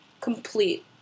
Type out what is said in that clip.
complete